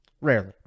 Rarely